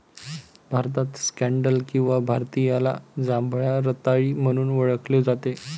भारतात स्कँडल किंवा भारतीयाला जांभळ्या रताळी म्हणून ओळखले जाते